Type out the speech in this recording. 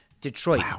Detroit